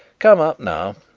come up now,